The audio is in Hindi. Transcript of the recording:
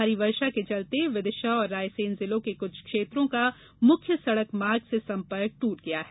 भारी वर्षा के चलते विदिशा और रायसेन जिलों के कुछ क्षेत्रों का मुख्य सड़क मार्ग से संपर्क टूट गया है